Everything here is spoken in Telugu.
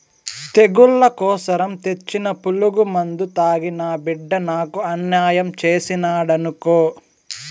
తెగుళ్ల కోసరం తెచ్చిన పురుగుమందు తాగి నా బిడ్డ నాకు అన్యాయం చేసినాడనుకో